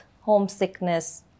homesickness